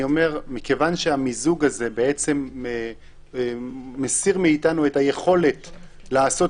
אני אומר שמכיוון שהמיזוג הזה מסיר מאתנו את היכולת לעשות